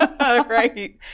Right